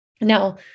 Now